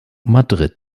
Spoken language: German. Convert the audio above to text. madrid